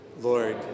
Lord